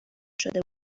شده